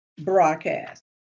broadcast